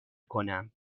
کنم